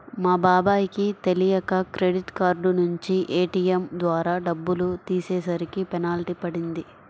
మా బాబాయ్ కి తెలియక క్రెడిట్ కార్డు నుంచి ఏ.టీ.యం ద్వారా డబ్బులు తీసేసరికి పెనాల్టీ పడింది